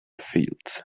fields